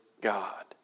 God